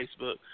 Facebook